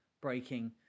breaking